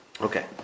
Okay